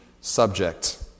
subject